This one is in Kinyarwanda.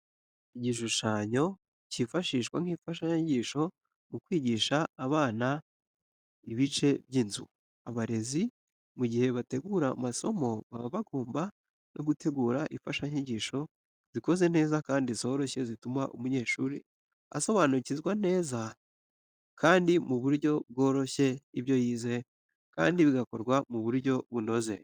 Igishushanyo cyifashishwa nk'imfashanyigisho mu kwigisha abana ibice by'inzu. Abarezi mu gihe bategura amasomo baba bagomba no gutegura imfashanyigisho zikoze neza kandi zoroshye zituma umunyeshuri asobanukirwa neza kandi mu buryo bworoshye ibyo yize kandi bigakorwa mu buryo bunoze.